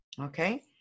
Okay